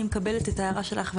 אני מקבלת את ההערה שלך,